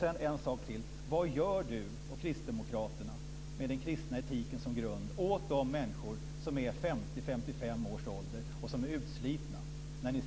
En sak till: Vad gör du och kristdemokraterna, med den kristna etiken som grund, åt de människor som är i 50-55-årsåldern och som är utslitna?